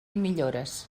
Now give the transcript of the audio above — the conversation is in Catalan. millores